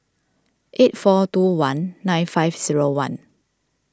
eight four two one nine five zero one